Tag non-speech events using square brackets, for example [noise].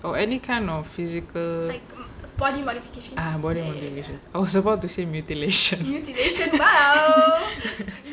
or any kind of physical ah body modifications I was about to say mutilations [laughs]